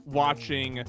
watching